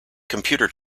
computer